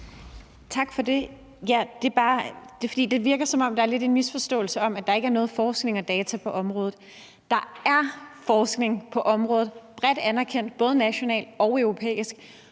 bare, fordi det virker, som om der lidt er en misforståelse om, at der ikke er noget forskning og data på området. Der er forskning på området, bredt anerkendt, både nationalt og europæisk,